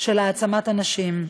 של העצמת הנשים.